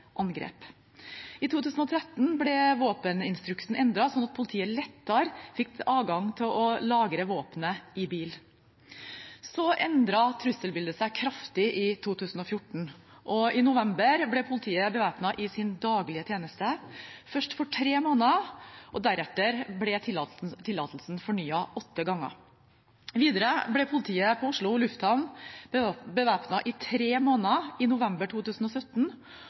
angrep. I 2013 ble våpeninstruksen endret, slik at politiet lettere fikk adgang til å lagre våpen i bil. Så endret trusselbildet seg kraftig i 2014, og i november ble politiet bevæpnet i sin daglige tjeneste – først for tre måneder, og deretter ble tillatelsen fornyet åtte ganger. Videre ble politiet ved Oslo lufthavn bevæpnet i tre måneder i november 2017,